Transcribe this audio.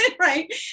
Right